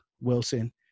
wilson